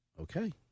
Okay